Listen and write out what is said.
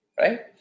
right